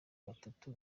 batatu